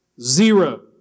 zero